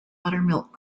buttermilk